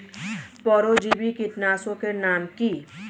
পরজীবী কীটনাশকের নাম কি?